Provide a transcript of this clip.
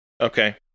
Okay